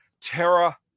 Terra